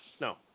No